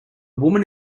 woman